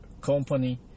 company